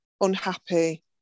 unhappy